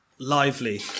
lively